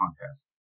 contest